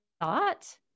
thought